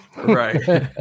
right